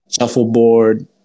Shuffleboard